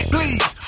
Please